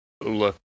look